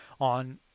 on